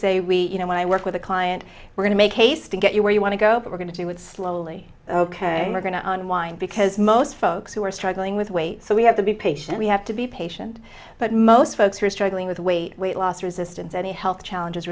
say we you know when i work with a client we're going to make haste to get you where you want to go but we're going to do with slowly ok we're going to unwind because most folks who are struggling with weight so we have to be patient we have to be patient but most folks who are struggling with weight weight loss resistance any health challenges